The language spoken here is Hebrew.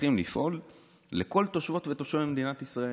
צריכים לפעול לכל תושבות ותושבי מדינת ישראל?